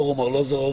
פורום ארלוזורוב,